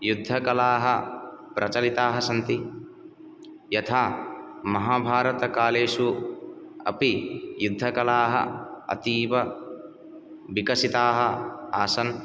युद्धकलाः प्रचलिताः सन्ति यथा महाभारतकालेषु अपि युद्धकलाः अतीवविकसिताः आसन्